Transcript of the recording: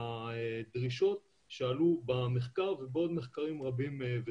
מהדרישות שעלו במחקר ובעוד מחקרים רבים וטובים.